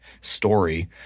story